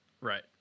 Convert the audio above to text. Right